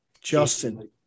Justin